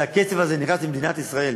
והכסף הזה נכנס למדינת ישראל,